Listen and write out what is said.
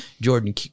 Jordan